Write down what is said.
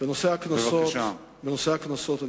בנושא הקנסות,